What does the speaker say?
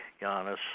Giannis